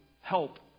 help